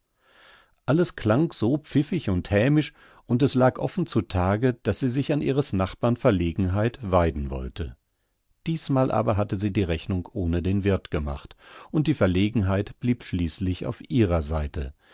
alles klang so pfiffig und hämisch und es lag offen zu tage daß sie sich an ihres nachbarn verlegenheit weiden wollte diesmal aber hatte sie die rechnung ohne den wirth gemacht und die verlegenheit blieb schließlich auf ihrer seite